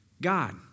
God